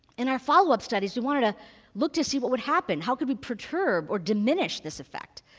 in our follow-up studies, we wanted to look to see what would happen, how could we perturb or diminish this effect?